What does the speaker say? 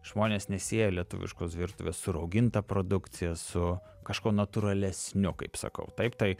žmonės nesieja lietuviškos virtuvės su rauginta produkcija su kažkuo natūralesniu kaip sakau taip tai